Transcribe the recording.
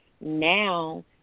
Now